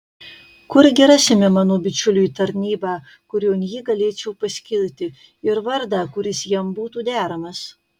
kurgi rasime mano bičiuliui tarnybą kurion jį galėčiau paskirti ir vardą kuris jam būtų deramas